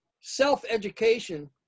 self-education